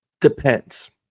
Depends